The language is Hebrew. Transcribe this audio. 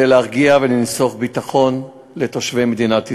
להרגיע ולנסוך ביטחון בתושבי מדינת ישראל.